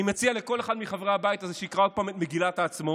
אני מציע לכל אחד מחברי הבית הזה שיקרא עוד פעם את מגילת העצמאות,